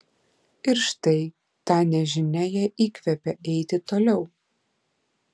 ir štai ta nežinia ją įkvepia eiti toliau